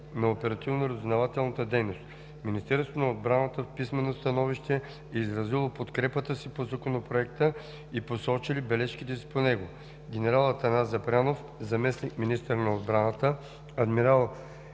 на оперативно разузнавателната дейност. Министерството на отбраната в писмено становище е изразило подкрепата си по Законопроекта и са посочили бележките си по него. Генерал Атанас Запрянов – заместник-министър на отбраната, адмирал